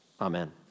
Amen